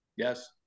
Yes